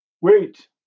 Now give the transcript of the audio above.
Wait